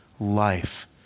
life